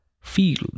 field